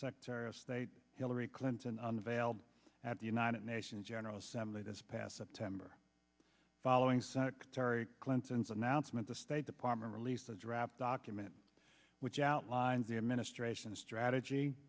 secretary of state hillary clinton on the veil at the united nations general assembly this past september following senator clinton's announcement the state department released rapp document which outlines the administration's strategy